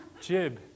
Jib